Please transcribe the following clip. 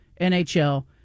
NHL